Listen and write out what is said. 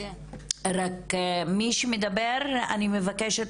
רק מי שמדבר אני מבקשת